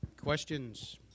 Questions